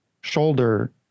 shoulder